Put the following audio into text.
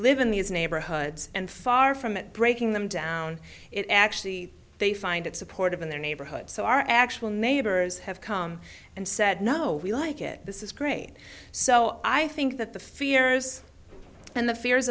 in these neighborhoods and far from it breaking them down it actually they find it supportive in their neighborhood so our actual neighbors have come and said no we like it this is great so i think that the fears and the fears